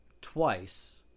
twice